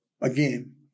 Again